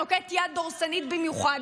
נוקט יד דורסנית במיוחד,